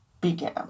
began